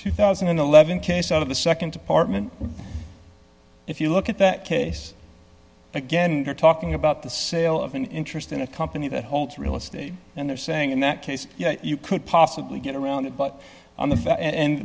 two thousand and eleven case out of the nd department if you look at that case again you're talking about the sale of an interest in a company that holds real estate and they're saying in that case you could possibly get around that but on the